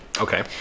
Okay